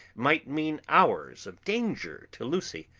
might mean hours of danger to lucy,